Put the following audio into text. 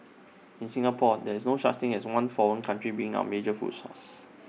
in Singapore there is no such thing as one foreign country being our major food source